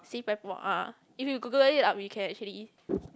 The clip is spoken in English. si-pai-por ah if you Google it up you can actually